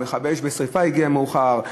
מכבי אש לשרפה הגיעו מאוחר,